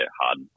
hard